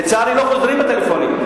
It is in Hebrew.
לצערי, לא חוזרים בטלפונים.